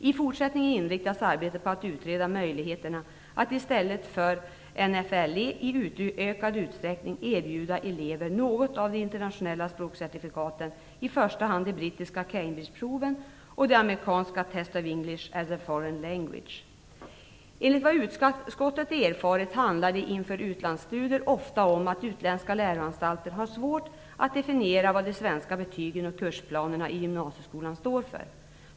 I fortsättningen inriktas arbetet på att utreda möjligheterna att i stället för NFLE i utökad utsträckning erbjuda elever något av de internationella språkcertifikaten, i första hand de brittiska Cambridgeproven och de amerikanska Test of English as a Foreign Enligt vad utskottet erfarit handlar det inför utlandsstudier ofta om att utländska läroanstalter har svårt att definiera vad de svenska betygen och kursplanerna i gymnasieskolan står för.